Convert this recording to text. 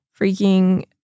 freaking